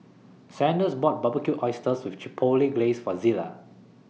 Sanders bought Barbecued Oysters with Chipotle Glaze For Zela